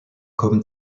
comme